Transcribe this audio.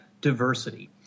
diversity